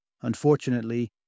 Unfortunately